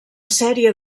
sèrie